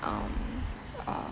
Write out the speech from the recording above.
um uh